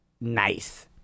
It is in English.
nice